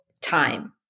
time